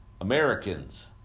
Americans